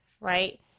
Right